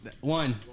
One